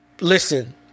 Listen